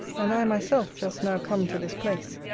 and i myself just now come to this place,